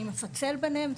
אני מפצל ביניהם.